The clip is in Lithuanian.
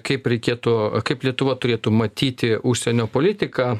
kaip reikėtų kaip lietuva turėtų matyti užsienio politiką